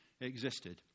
existed